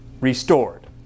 restored